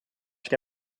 ska